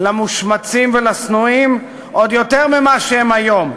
למושמצות ולשנואות עוד יותר ממה שהן היום.